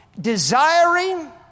Desiring